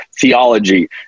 theology